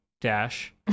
dash